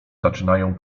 zaczynają